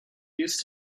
used